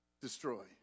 destroy